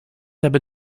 hebben